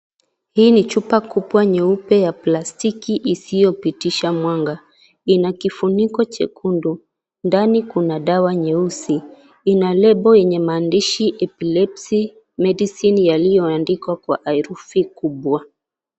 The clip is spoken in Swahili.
Hii ni chupa kubwa nyeupe ya plastiki isiyopitisha mwanga ina kifuniko jekundu ndani kuna dawa nyeusi ina (CS)label(CS)yenye maandishi EPILEPSY MEDICINE yaliyoandikwa kwa herufi kubwa.